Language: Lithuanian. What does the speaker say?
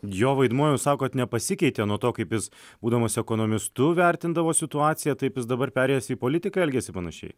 jo vaidmuo jus sakot nepasikeitė nuo to kaip jis būdamas ekonomistu vertindavo situaciją taip jis dabar perėjęs į politiką elgiasi panašiai